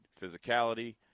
physicality